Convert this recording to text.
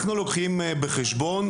אנחנו לוקחים בחשבון,